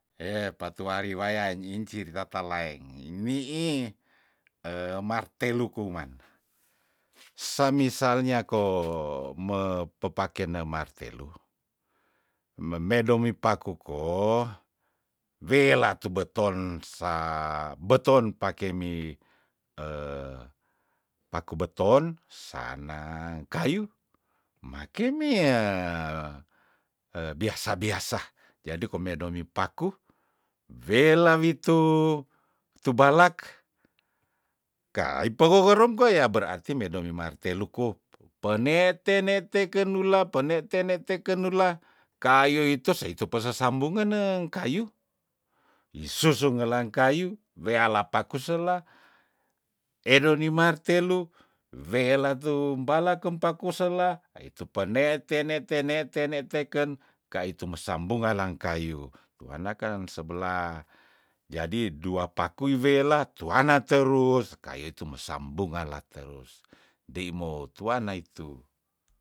patuari waya nyiin cirita talaeng ni innii martelu kuman samisalnya ko me pepakene martelu memedomi paku ko welah tu beton saa beton pake mi paku beton sanang kayu make mie biasa- biasa jadi komedomi paku welah witu tubalak kai pengegorom kwa yah berarti medomi marteluku penete- nete kenula penete- nete kenula kayu itu so itu pese sambungeneng kayu isusu ngelang kayu wealah paku sela edoni martelu welatum balah kempa koselah itu pe nete nete nete nete ken kaitu mesam bungalang kayu tuanakan seblah jadi dua pakui welah tuana terus kayo tume sambungan la terus deimo tuana itu.